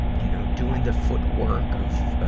you know, doing the footwork of, ah,